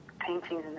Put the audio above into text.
paintings